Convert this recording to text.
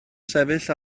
sefyll